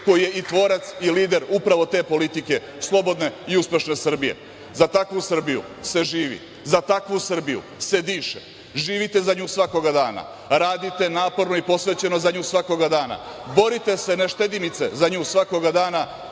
koji je i tvorac i lider upravo te politike slobodne i uspešne Srbije. Za takvu Srbiju se živi. Za takvu Srbiju se diše. Živite za nju svakoga dana, radite naporno i posvećeno za nju svakoga dana, borite se neštedimice za nju svakoga dana